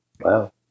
Wow